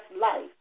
life